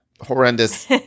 horrendous